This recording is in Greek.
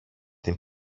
την